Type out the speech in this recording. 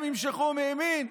הם ימשכו מימין,